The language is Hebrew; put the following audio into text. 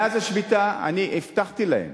מאז השביתה אני הבטחתי להם